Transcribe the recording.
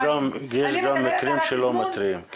יש גם מקרים שלא מתריעים.